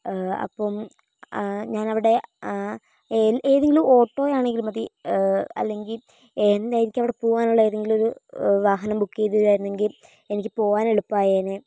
അപ്പം ഞാന് അവിടെ ഏതെങ്കിലും ഓട്ടോ ആണെങ്കിലും മതി അല്ലെങ്കിൽ എന്ത് എനിക്ക് അവിടെ പോകാനുള്ള ഏതെങ്കിലും ഒരു വാഹനം ബുക്ക് ചെയ്തു തരുമായിരുന്നെങ്കിൽ എനിക്ക് പോകുവാന് എളുപ്പമായേനെ